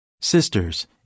Sisters